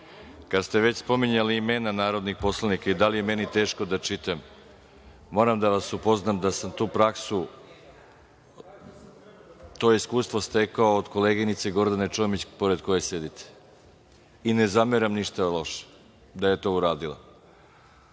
ste već spominjali imena narodnih poslanika i da li je meni teško da čitam, moram da vas upoznam da sam tu praksu, to iskustvo stekao od koleginice Gordane Čomić, pored koje sedite, i ne zameram ništa loše da je to uradila. Pravo